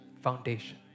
Foundation